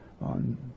on